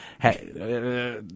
Hey